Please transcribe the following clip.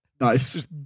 nice